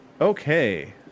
okay